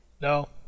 No